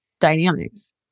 dynamics